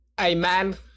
Amen